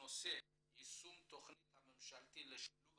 בנושא יישום התכנית הממשלתית לשילוב